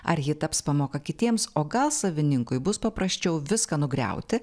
ar ji taps pamoka kitiems o gal savininkui bus paprasčiau viską nugriauti